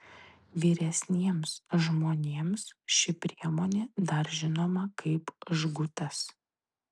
vyresniems žmonėms ši priemonė dar žinoma kaip žgutas